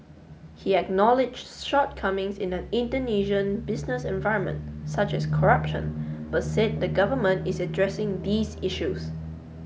he acknowledged shortcomings in the Indonesian business environment such as corruption but said the government is addressing these issues